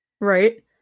Right